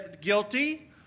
guilty